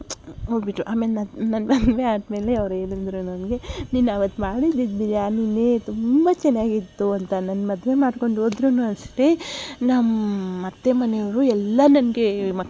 ಹೋಗಿಬಿಟ್ರು ಆಮೇಲೆ ನನ್ನ ನನ್ನ ಮದುವೆ ಆದಮೇಲೆ ಅವ್ರು ಹೇಳಿದ್ರು ನನಗೆ ನೀನು ಆವತ್ತು ಮಾಡಿದಿದ್ದ ಬಿರ್ಯಾನಿನೇ ತುಂಬ ಚೆನ್ನಾಗಿತ್ತು ಅಂತ ನನ್ನ ಮದುವೆ ಮಾಡ್ಕೊಂಡು ಹೋದ್ರು ಅಷ್ಟೆ ನಮ್ಮ ಅತ್ತೆ ಮನೆಯವರು ಎಲ್ಲ ನನಗೆ